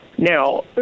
Now